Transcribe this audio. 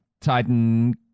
Titan